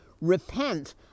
repent